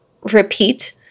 repeat